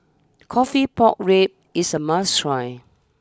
Coffee Pork Ribs is a must try